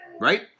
right